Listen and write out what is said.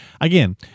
again